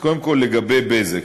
אז קודם כול לגבי "בזק".